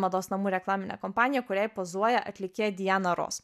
mados namų reklaminė kompanija kuriai pozuoja atlikėja diana ros